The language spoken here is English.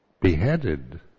beheaded